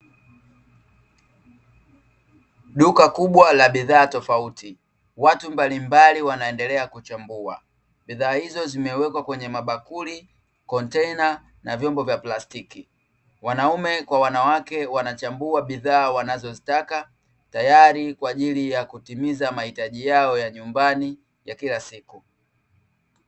Duka kubwa la bidhaa tofauti, watu mbalimbali wanaendelea kuchambua. Bidhaa hizo zimewekwa kwenye mabakuli, kontena na vyombo vya plastiki. Wanaume kwa wanawake wanachambua bidhaa wanazozitaka tayari kwa ajili ya kutimiza mahitaji yao ya nyumbani ya kila siku.